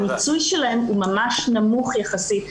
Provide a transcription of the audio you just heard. המיצוי שלהן הוא ממש נמוך יחסית,